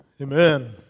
Amen